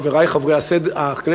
חברי חברי הכנסת,